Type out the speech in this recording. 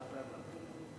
מי שבעד בעד הוועדה.